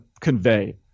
convey